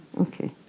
Okay